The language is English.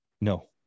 No